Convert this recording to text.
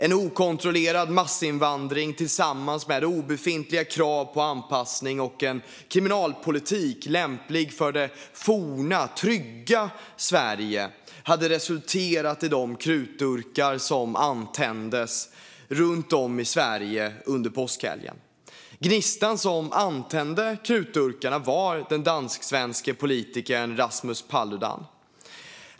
En okontrollerad massinvandring tillsammans med obefintliga krav på anpassning och en kriminalpolitik lämpad för det forna, trygga Sverige hade resulterat i de krutdurkar som antändes runt om i Sverige under påskhelgen. Gnistan som antände krutdurkarna var den dansk-svenske politikern Rasmus Paludan.